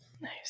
Nice